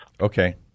Okay